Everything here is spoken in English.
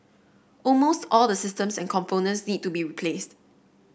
almost all the systems and components need to be replaced